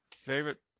Favorite